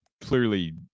clearly